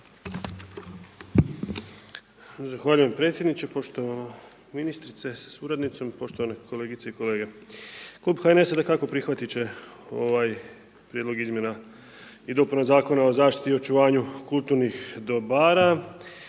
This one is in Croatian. Zahvaljujem predsjedniče, poštovana ministrice sa suradnicom, poštovane kolegice i kolege. Klub HNS-a dakako prihvatit će ovaj prijedlog izmjena i dopuna zakona o zaštiti i očuvanju kulturnih dobara,